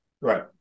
right